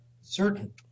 certain